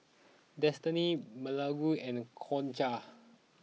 Destini Beaulah and Concha